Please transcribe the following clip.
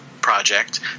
project